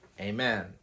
Amen